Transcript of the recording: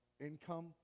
income